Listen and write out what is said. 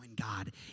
God